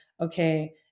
okay